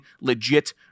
legit